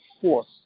force